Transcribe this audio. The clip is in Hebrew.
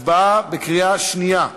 הצבעה בקריאה שנייה.